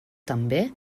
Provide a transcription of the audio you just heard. també